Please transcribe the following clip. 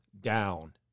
down